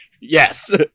Yes